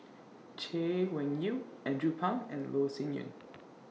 Chay Weng Yew Andrew Phang and Loh Sin Yun